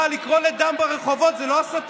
מה, לקרוא לדם ברחובות זו לא הסתה?